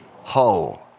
whole